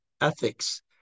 ethics